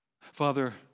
Father